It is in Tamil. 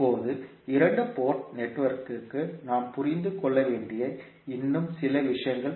இப்போது இரண்டு போர்ட் நெட்வொர்க்கிற்கு நாம் புரிந்து கொள்ள வேண்டிய இன்னும் சில விஷயங்கள்